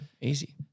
easy